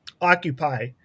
occupy